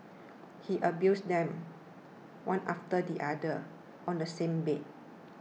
he abused them one after the other on the same bed